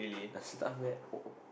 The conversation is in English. the staff there